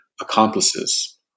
accomplices